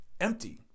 empty